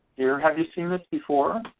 have you seen this before?